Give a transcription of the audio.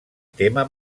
tema